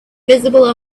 visible